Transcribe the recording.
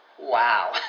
wow